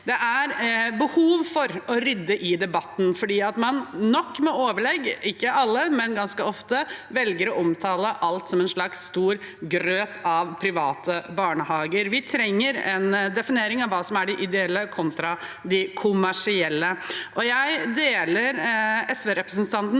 Det er behov for å rydde i debatten fordi man ganske ofte, nok med overlegg – men ikke alle – velger å omtale alt som en slags stor grøt av private barnehager. Vi trenger en definering av hva som er de ideelle kontra de kommersielle. Jeg deler SV-representantens